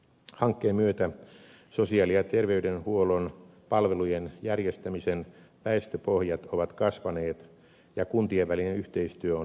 hankkeen myötä sosiaali ja terveydenhuollon palvelujen järjestämisen väestöpohjat ovat kasvaneet ja kuntien välinen yhteistyö on lisääntynyt